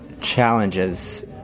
challenges